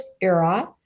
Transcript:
era